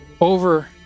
over